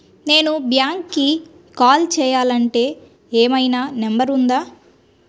నేను బ్యాంక్కి కాల్ చేయాలంటే ఏమయినా నంబర్ ఉందా?